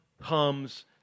comes